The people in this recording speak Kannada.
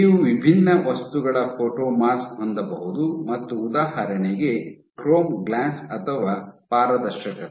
ನೀವು ವಿಭಿನ್ನ ವಸ್ತುಗಳ ಫೋಟೊಮಾಸ್ಕ್ ಹೊಂದಬಹುದು ಮತ್ತು ಉದಾಹರಣೆಗೆ ಕ್ರೋಮ್ ಗ್ಲಾಸ್ ಅಥವಾ ಪಾರದರ್ಶಕತೆ